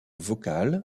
vocal